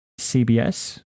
CBS